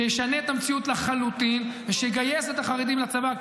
שישנה את המציאות לחלוטין ושיגייס את החרדים לצבא,